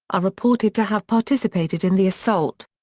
are reported to have participated in the assault.